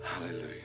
Hallelujah